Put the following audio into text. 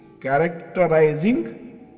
characterizing